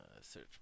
Search